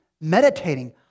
meditating